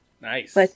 Nice